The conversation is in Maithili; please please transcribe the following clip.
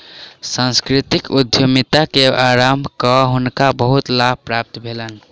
सांस्कृतिक उद्यमिता के आरम्भ कय हुनका बहुत लाभ प्राप्त भेलैन